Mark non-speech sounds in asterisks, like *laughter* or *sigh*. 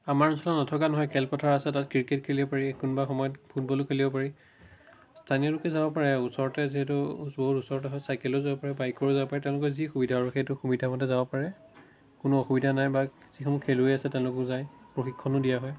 আমাৰ অঞ্চলত নথকা নহয় খেলপথাৰ আছে তাত ক্ৰিকেট খেলিব পাৰি কোনোবা সময়ত ফুটবলো খেলিব পাৰি স্থানীয় লোকে যাব পাৰে আৰু ওচৰতে যিহেতু *unintelligible* ওচৰতে হয় চাইকেলেৰো যাব পাৰে বাইকেৰেও যাব পাৰে তেওঁলোকৰ যি সুবিধা আৰু সেইটো সুবিধা মতে যাব পাৰে কোনো অসুবিধা নাই বা যিসমূহ খেলুৱৈ আছে তেওঁলোকো যায় প্ৰশিক্ষণো দিয়া হয়